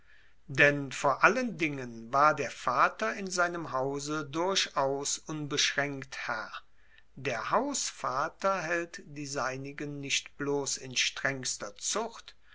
denn vor allen dingen war der vater in seinem hause durchaus unbeschraenkt herr der hausvater haelt die seinigen nicht bloss in strengster zucht